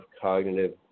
cognitive